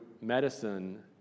medicine